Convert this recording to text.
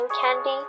candy